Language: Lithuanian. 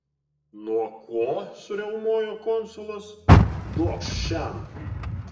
nuo ko suriaumojo konsulas duokš šen